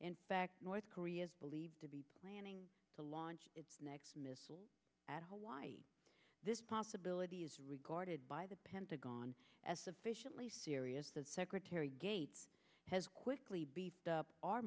north korea's believed to be planning to launch its next missile at home why this possibility is regarded by the pentagon as sufficiently serious that secretary gates has quickly beefed up our